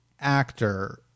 actor